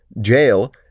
jail